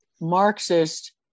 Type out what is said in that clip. marxist